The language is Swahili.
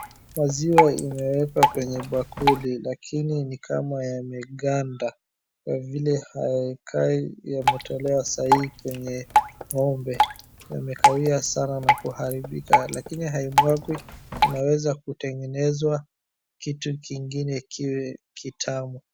Maziwa imewekwa kwenye bakuli lakini ni kama yameganda. Kwa vile hayakai yametolewaa saa hii kwenye ng'ombe. Yamekawia sana na kuharibika, lakini haimwagwi, inaweza kutengenezwa kitu kingine kiwe kitamu.